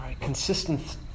Consistency